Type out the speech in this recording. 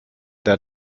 der